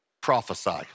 prophesy